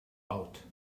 out